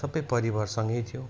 सबै परिवार सँगै थियो